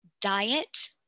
diet